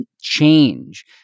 change